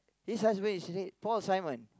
his husband is red Paul-Simon